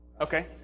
okay